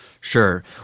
Sure